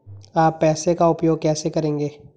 आप पैसे का उपयोग कैसे करेंगे?